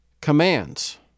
commands